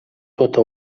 tota